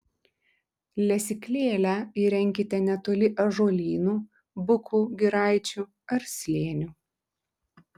lesyklėlę įrenkite netoli ąžuolynų bukų giraičių ar slėnių